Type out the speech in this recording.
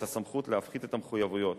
את הסמכות להפחית את המחויבויות.